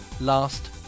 last